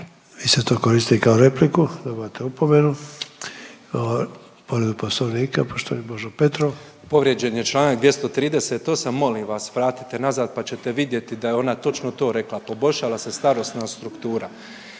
Vi ste to koristili kao repliku dobivate opomenu. Imamo povredu poslovnika poštovani Božo Petrov. **Petrov, Božo (MOST)** Povrijeđen je čl. 238. molim vas vratite nazad pa ćete vidjeti da je ona točno to rekla, poboljšala se starosna struktura